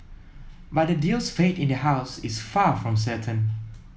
but the deal's fate in the house is far from certain